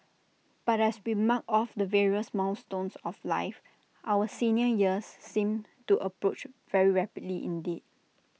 but as we mark off the various milestones of life our senior years seem to approach very rapidly indeed